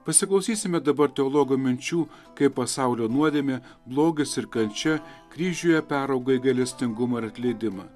pasiklausysime dabar teologo minčių kaip pasaulio nuodėmė blogis ir kančia kryžiuje perauga į gailestingumą ir atleidimą